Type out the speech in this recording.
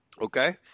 Okay